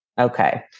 Okay